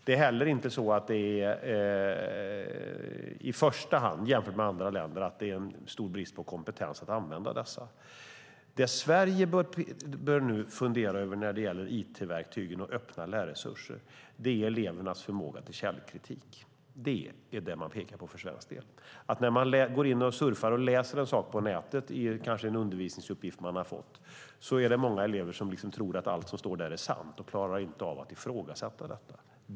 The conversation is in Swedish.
Det är heller inte så att det i första hand, jämfört med andra länder, är någon stor brist på kompetens när det gäller att använda denna. Det Sverige bör fundera över när det gäller it-verktyg och öppna lärresurser är elevernas förmåga till källkritik. Det är det man pekar på för svensk del. När elever går in och surfar och läser en sak på nätet, kanske i en undervisningsuppgift man har fått, är det många som tror att allt som står där är sant. De klarar inte av att ifrågasätta det.